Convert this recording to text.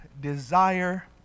desire